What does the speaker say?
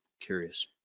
Curious